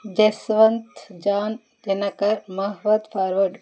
Jaswanth John Dinakar మహోద్ ఫరోడ్